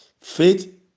Faith